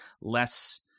less